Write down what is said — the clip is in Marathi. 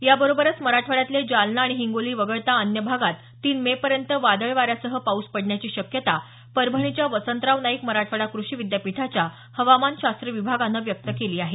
याबरोबरच मराठवाड्यातले जालना आणि हिंगोली वगळता अन्य भागात तीन मे पर्यंत वादळ वाऱ्यासह पाऊस पडण्याची शक्यता परभणीच्या वसंतराव नाईक मराठवाडा कृषी विद्यापीठाच्या हवामान शास्त्र विभागानं व्यक्त केली आहे